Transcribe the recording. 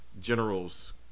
generals